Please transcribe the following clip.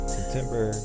September